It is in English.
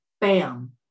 bam